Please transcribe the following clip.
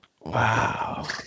Wow